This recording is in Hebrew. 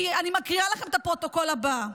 אני מקריאה לכם את הפרוטוקול הבא: